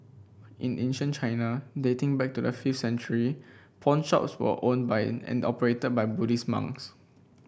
in ancient China dating back to the fifth century pawnshops were owned by and operated by Buddhist monks